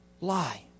lie